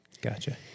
Gotcha